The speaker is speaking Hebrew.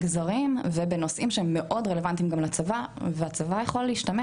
המגזרים ובנושאים שהם מאוד רלוונטיים גם לצבא והצבא יכול להשתמש